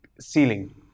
ceiling